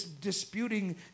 disputing